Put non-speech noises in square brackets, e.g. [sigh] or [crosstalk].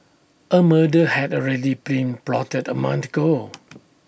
A murder had already been plotted A month ago [noise]